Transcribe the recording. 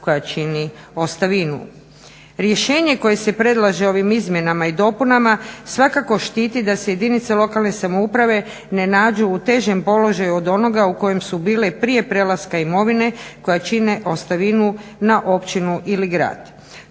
koja čini ostavinu. Rješenje koje se predlaže ovim izmjenama i dopunama svakako štititi da se jedinice lokalne samouprave ne nađu u težem položaju od onoga u kojem su bile i prije prelaska imovine koje čine ostavinu na općinu ili grad.